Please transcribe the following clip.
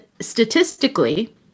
statistically